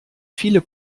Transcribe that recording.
viele